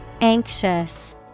Anxious